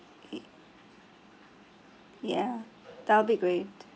ya that'll be great